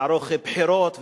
לערוך בחירות,